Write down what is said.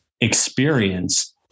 experience